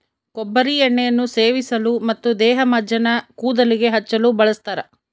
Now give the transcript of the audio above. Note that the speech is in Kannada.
ಕೊಬ್ಬರಿ ಎಣ್ಣೆಯನ್ನು ಸೇವಿಸಲು ಮತ್ತು ದೇಹಮಜ್ಜನ ಕೂದಲಿಗೆ ಹಚ್ಚಲು ಬಳಸ್ತಾರ